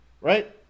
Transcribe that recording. right